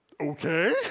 Okay